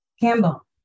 Campbell